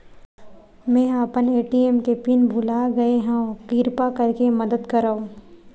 मेंहा अपन ए.टी.एम के पिन भुला गए हव, किरपा करके मदद करव